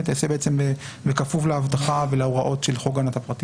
תיעשה בכפוף לאבטחה ולהוראות של חוק הגנת הפרטיות.